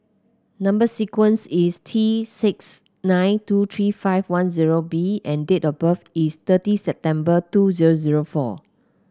number sequence is T six nine two three five one zero B and date of birth is thirty September two zero zero four